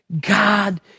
God